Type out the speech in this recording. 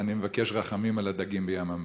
אז אני מבקש רחמים על הדגים בים-המלח.